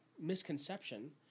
misconception